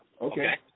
Okay